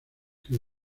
que